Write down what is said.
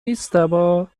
نیستما